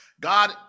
god